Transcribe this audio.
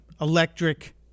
electric